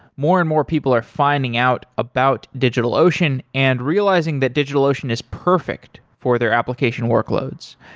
more and more people are finding out about digitalocean and realizing that digitalocean is perfect for their application workloads.